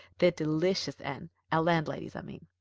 they're delicious, anne our landladies, i mean.